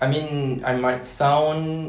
I mean I might sound